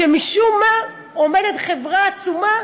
שמשום מה עומדת מולן חברה עצומה